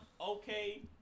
okay